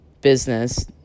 business